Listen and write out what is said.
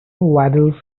waddles